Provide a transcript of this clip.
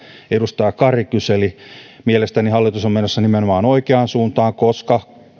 edustaja kari kyseli mielestäni hallitus on menossa nimenomaan oikeaan suuntaan koska